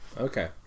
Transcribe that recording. Okay